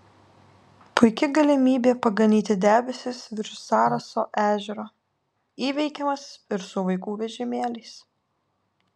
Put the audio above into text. puiki galimybė paganyti debesis virš zaraso ežero įveikiamas ir su vaikų vežimėliais